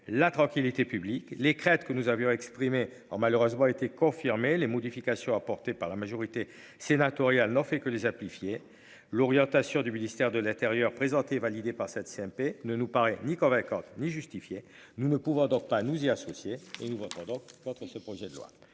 la tranquillité publique les crêpes que nous avions exprimées or malheureusement été confirmé les modifications apportées par la majorité sénatoriale n'en fait que les applis fiez l'orientation du ministère de l'Intérieur présenté validé par cette CMP ne nous paraît ni convaincant ni justifiée. Nous ne pouvons donc pas nous y associer. Et nous attendons. Voteront ce projet de loi.